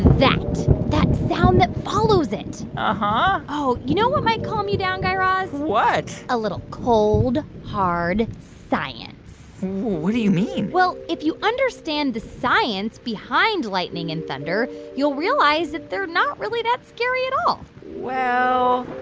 that that sound that follows it and uh-huh oh, you know what might calm you down, guy raz. what. a little cold, hard science what do you mean? well, if you understand the science behind lightning and thunder, you'll realize that they're not really that scary at all well.